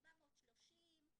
430,